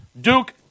Duke